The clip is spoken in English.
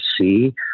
see